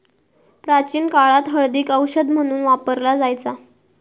प्राचीन काळात हळदीक औषध म्हणून वापरला जायचा